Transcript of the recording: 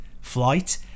flight